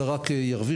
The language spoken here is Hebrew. אלא רק ירוויחו.